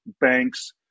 banks